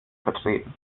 vertreten